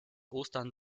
ostern